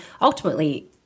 ultimately